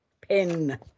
Pin